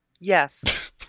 Yes